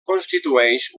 constitueix